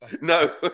No